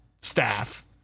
staff